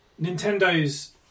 Nintendo's